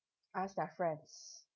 ask their friends